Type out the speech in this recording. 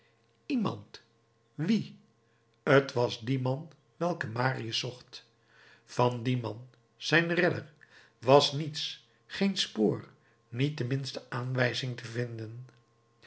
iemand wie t was die man welken marius zocht van dien man zijn redder was niets geen spoor niet de minste aanwijzing te vinden